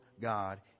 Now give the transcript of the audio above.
God